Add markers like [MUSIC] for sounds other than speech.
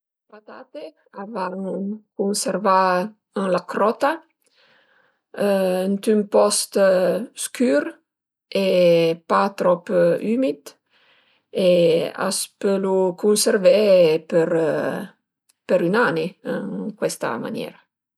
Le patate a van cunservà ën la crota [HESITATION] ënt ün post scür e pa trop ümid e a s'pölu cunservé pën ün ani ën cuesta maniera